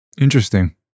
Interesting